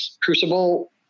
crucible